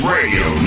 Radio